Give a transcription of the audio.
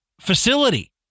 facility